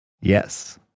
Yes